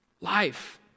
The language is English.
life